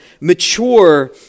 mature